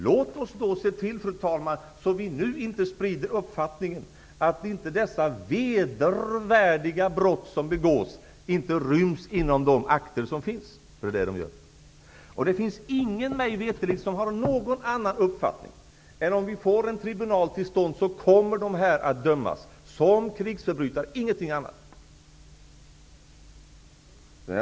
Låt oss då se till att vi nu inte sprider uppfattningen att dessa vedervärdiga brott som begås inte ryms inom de akter som finns. Det gör de. Mig veterligt finns det ingen som har en annan uppfattning än att om vi får en tribunal till stånd kommer dessa människor att dömas som krigsförbrytare, ingenting annat. Fru talman!